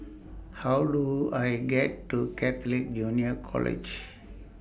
How Do I get to Catholic Junior College